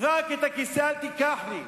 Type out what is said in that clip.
רק את הכיסא אל תיקח לי.